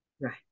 Right